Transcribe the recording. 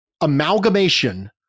amalgamation